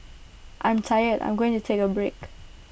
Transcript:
I'm tired I'm going to take A break